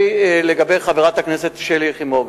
לחברת הכנסת שלי יחימוביץ,